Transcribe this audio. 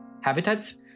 habitats